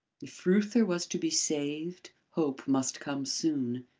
if reuther was to be saved, hope must come soon.